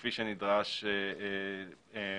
כפי שנדרש בדין.